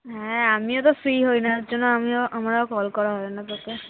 হ্যাঁ আমিও তো ফ্রি হই না যার জন্য আমিও আমারও কল করা হয় না তোকে